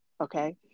okay